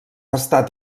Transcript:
estat